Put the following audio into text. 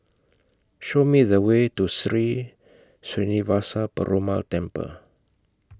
Show Me The Way to Sri Srinivasa Perumal Temple